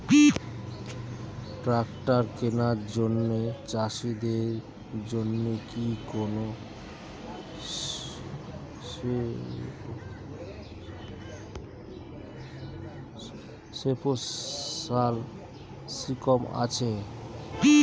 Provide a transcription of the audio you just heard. Tractor কেনার জন্য চাষিদের জন্য কি কোনো স্পেশাল স্কিম আছে?